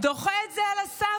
הוא דוחה את זה על הסף